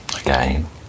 again